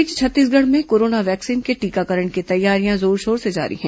इस बीच छत्तीसगढ़ में कोरोना वैक्सीन के टीकाकरण की तैयारियां जोरशोर से जारी है